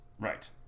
Right